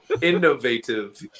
Innovative